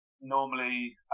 normally